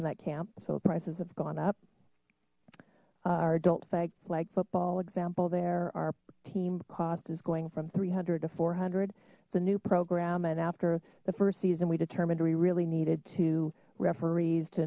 in that camp so the prices have gone up our adult flag football example there our team cost is going from three hundred to four hundred it's a new program and after the first season we determined we really needed to referees to